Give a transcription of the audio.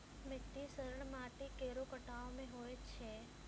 मिट्टी क्षरण माटी केरो कटाव सें होय छै